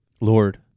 Lord